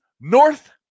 North